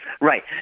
right